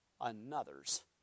another's